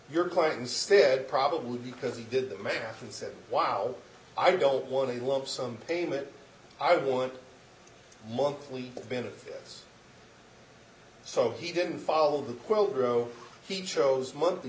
your client instead probably because he did the math and said wow i don't want a lump sum payment i want monthly benefits so he didn't file the quote grow he chose monthly